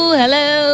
hello